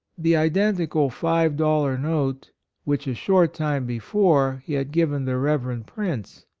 the identical five dollar note which, a short time before, he had given the reverend prince,